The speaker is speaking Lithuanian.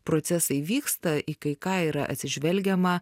procesai vyksta į kai ką yra atsižvelgiama